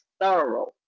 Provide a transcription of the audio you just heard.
thorough